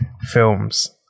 films